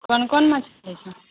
कोन कोन मछली छै